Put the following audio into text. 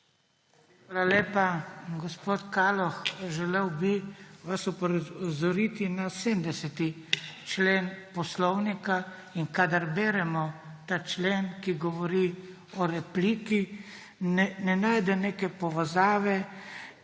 Hvala lepa, gospod Kaloh. Želel bi vas opozoriti na 70. člen Poslovnika. Kadar beremo ta člen, ki govori o repliki, ne najdem neke povezave,